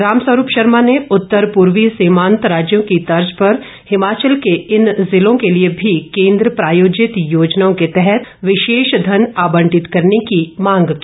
रामस्वरूप शर्मा ने उत्तर पूर्वी सीमांत राज्यों की तर्ज पर हिमाचल के इन जिलों के लिए भी केंद्र प्रायोजित योजनाओं के तहत विशेष धन आबंटित करने की मांग की